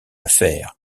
affaire